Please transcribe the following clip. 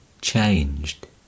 changed